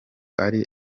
ari